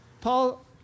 Paul